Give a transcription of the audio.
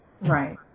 Right